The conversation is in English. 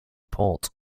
port